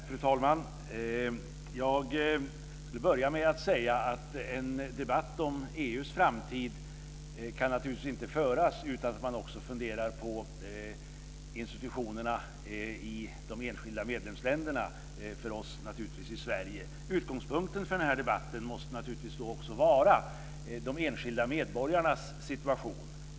Fru talman! Jag vill börja med att säga att en debatt om EU:s framtid inte kan föras utan att man funderar på institutionerna i de enskilda medlemsländerna. Utgångspunkten för den här debatten måste då vara de enskilda medborgarnas situation.